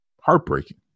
Heartbreaking